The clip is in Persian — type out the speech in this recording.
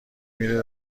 میره